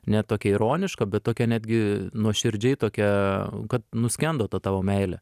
ne tokią ironišką bet tokią netgi nuoširdžiai tokią kad nuskendo ta tavo meilė